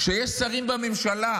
שיש שרים בממשלה,